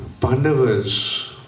Pandavas